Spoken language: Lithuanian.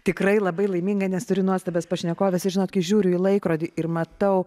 tikrai labai laiminga nes turiu nuostabias pašnekoves ir žinot kai žiūriu į laikrodį ir matau